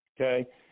okay